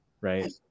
right